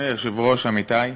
אדוני היושב-ראש, עמיתי,